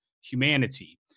humanity